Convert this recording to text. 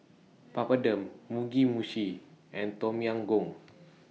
Papadum Mugi Meshi and Tom Yam Goong